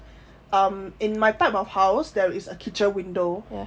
um in my type of house there is a kitchen window